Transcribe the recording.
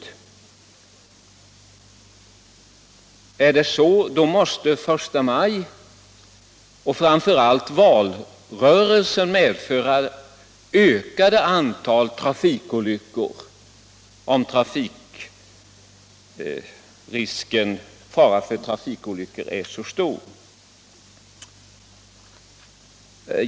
Om faran för trafikolyckor är så stor måste förstamajfirandet och framför allt valrörelsen medföra ett ökat antal trafikolyckor.